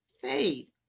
faith